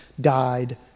died